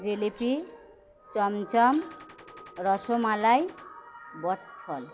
জিলিপি চমচম রসমলাই বটফল